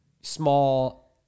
small